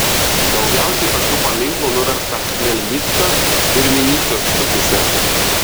daugiausiai tokių paminklų nuversta chmelnyckio ir vinycios srityse